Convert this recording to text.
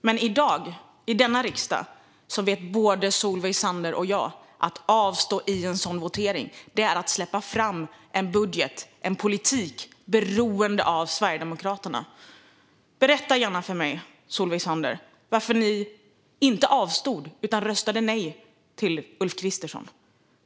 Men i dag, i denna riksdag, vet både Solveig Zander och jag detta: Att avstå i en sådan votering är att släppa fram en budget och en politik som är beroende av Sverigedemokraterna. Berätta gärna för mig, Solveig Zander, varför ni inte avstod utan röstade nej till Ulf Kristersson.